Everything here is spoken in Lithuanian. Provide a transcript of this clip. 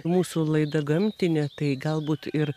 mūsų laida gamtinė tai galbūt ir